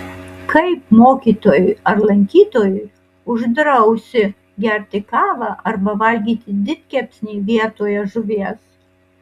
kaip mokytojui ar lankytojui uždrausi gerti kavą arba valgyti didkepsnį vietoje žuvies